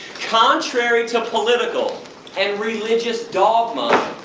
contrary to political and religious dogma,